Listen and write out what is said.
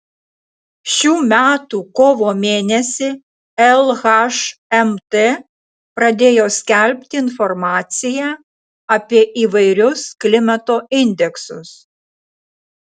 šių metų kovo mėnesį lhmt pradėjo skelbti informaciją apie įvairius klimato indeksus